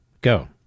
go